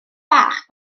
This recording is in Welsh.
bach